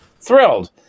thrilled